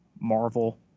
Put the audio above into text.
Marvel